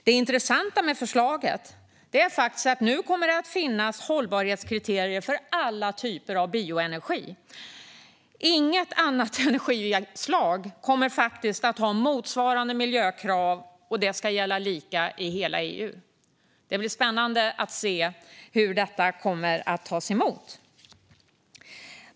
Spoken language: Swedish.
Det intressanta med förslaget är att det nu kommer att finnas hållbarhetskriterier för alla typer av bioenergi. Inget annat energislag kommer att ha motsvarande miljökrav, och det ska gälla lika i hela EU. Det blir spännande att se hur det kommer att tas emot.